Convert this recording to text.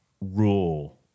rule